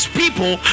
people